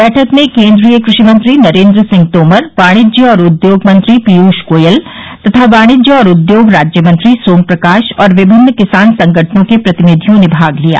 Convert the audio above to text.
बैठक में केंद्रीय कृषि मंत्री नरेंद्र सिंह तोमर वाणिज्य और उद्योग मंत्री पीयूष गोयल तथा वाणिज्य और उद्योग राज्य मंत्री सोम प्रकाश और विभिन्न किसान संगठनों के प्रतिनिधियों ने भाग लिया